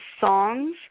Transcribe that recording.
songs